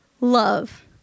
love